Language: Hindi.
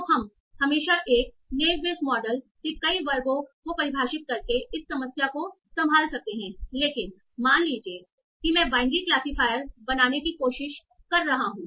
तो हम हमेशा एक नेव बेयस मॉडल से कई वर्गों को परिभाषित करके इस समस्या को संभाल सकते हैं लेकिन मान लीजिए कि मैं बाइनरी क्लासिफायर बनाने की कोशिश कर रहा हूं